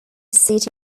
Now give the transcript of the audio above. seat